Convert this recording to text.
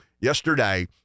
yesterday